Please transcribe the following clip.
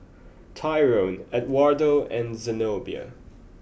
Tyrone Edwardo and Zenobia